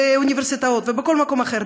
באוניברסיטאות ובכל מקום אחר,